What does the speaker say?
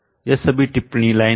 यह सभी टिप्पणी लाइने है